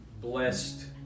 blessed